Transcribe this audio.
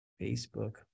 facebook